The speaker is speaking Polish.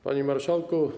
Panie Marszałku!